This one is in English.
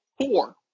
four